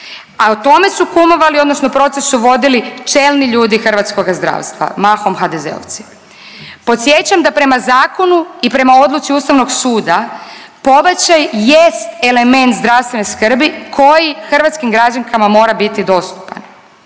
a tome su kumovali odnosno proces su vodili čelni ljudi hrvatskoga zdravstva mahom HDZ-ovci. Podsjećam da prema zakonu i prema odluci Ustavnog suda pobačaj jest element zdravstvene skrbi koji hrvatskim građankama mora biti dostupan.